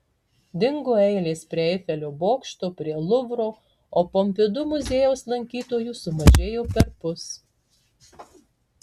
dingo eilės prie eifelio bokšto prie luvro o pompidu muziejaus lankytojų sumažėjo perpus